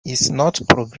programming